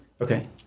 Okay